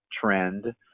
trend